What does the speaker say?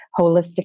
holistic